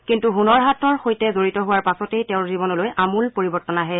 কিন্তু হুনৰ হাটৰ সৈতে জড়িত হোৱাৰ পাছতেই তেওঁৰ জীৱনলৈ আমূল পৰিৱৰ্তন আহে